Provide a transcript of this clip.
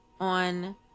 on